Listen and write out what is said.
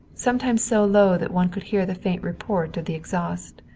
sometimes so low that one could hear the faint report of the exhaust.